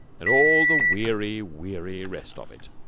and all the weary, weary rest of it.